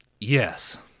yes